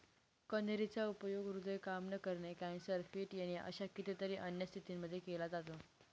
कन्हेरी चा उपयोग हृदय काम न करणे, कॅन्सर, फिट येणे अशा कितीतरी अन्य स्थितींमध्ये केला जातो